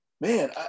man